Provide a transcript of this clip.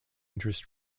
interest